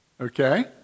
Okay